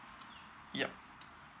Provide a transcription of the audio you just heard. yup